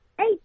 eight